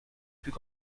plus